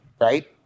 Right